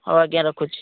ହଉ ଆଜ୍ଞା ରଖୁଛି